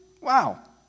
wow